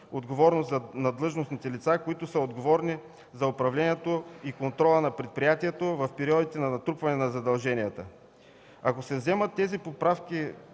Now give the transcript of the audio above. отговорност на длъжностните лица, които са отговорни за управлението и контрола на предприятието в периодите на натрупване на задълженията. Ако се приемат и се приложат